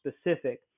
specific